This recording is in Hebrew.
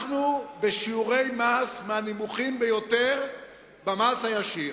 אנחנו בשיעורי מס מהנמוכים ביותר במס הישיר,